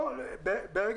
ברגע